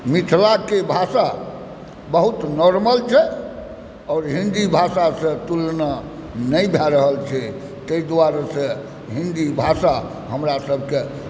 मिथिलाके भाषा बहुत नॉर्मल छै आओर हिन्दी भाषासँ तुलना नहि भऽ रहल छै तेँ दुआरेसँ हिन्दी भाषा हमरा सबके